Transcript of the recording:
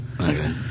Okay